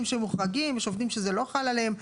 עובדים שהם מוחרגים, יש עובדים שזה לא חל עליהם.